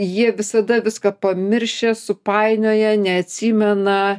jie visada viską pamiršę supainioja neatsimena